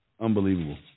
unbelievable